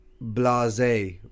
Blase